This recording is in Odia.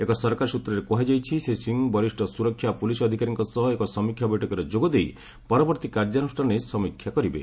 ଏକ ସରକାରୀ ସୂତ୍ରରେ କୁହାଯାଇଛି ଶ୍ରୀ ସିଂହ ବରିଷ୍ଣ ସୁରକ୍ଷା ଓ ପୁଲିସ୍ ଅଧିକାରୀଙ୍କ ସହ ଏକ ସମୀକ୍ଷା ବୈଠକରେ ଯୋଗ ଦେଇ ପରବର୍ତ୍ତୀ କାର୍ଯ୍ୟାନୁଷ୍ଠାନ ନେଇ ସମୀକ୍ଷା କରିବେ